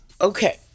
Okay